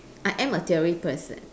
I am a theory person